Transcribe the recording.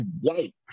white